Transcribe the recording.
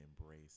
embrace